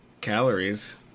calories